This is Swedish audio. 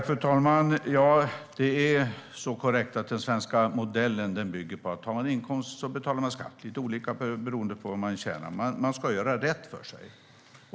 Fru talman! Det är korrekt att den svenska modellen bygger på att om man har en inkomst så betalar man skatt, lite olika beroende på vad man tjänar. Man ska göra rätt för sig.